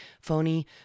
phony